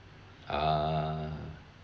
uh